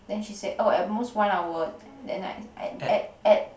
then she said oh at most one hour then I at at at